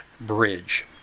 bridge